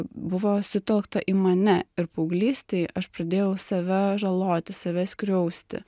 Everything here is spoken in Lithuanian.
buvo sutelkta į mane ir paauglystėj aš pradėjau save žaloti save skriausti